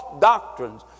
doctrines